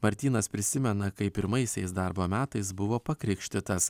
martynas prisimena kaip pirmaisiais darbo metais buvo pakrikštytas